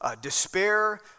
despair